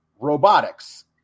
Robotics